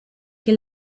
che